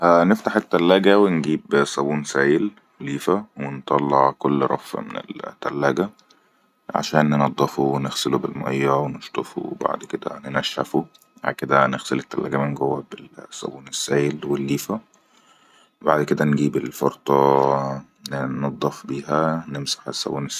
نفت-ءءنفتح ح التلاجة ونجيب صبون سايل وليفا ونطلع كل رف من التلاجة عشان ننضفه ونخسله بالمية ونشتفه وبعد كده ننشفه بعد كده نخسل التلاجة من جوا بالصوون السايل والليفا وبعد كده نجيب الفرطة ننضف بها نمسح الصبون السايل